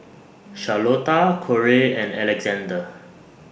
Charlotta Corey and Alexander